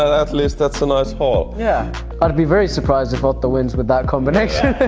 at least that's a nice hall! yeah i'd be very surprised if otto wins with that combination!